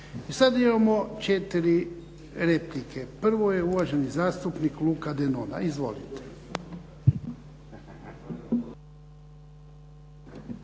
Sada imamo četiri replike. Prvo je uvaženi zastupnik Luka Denona. Izvolite.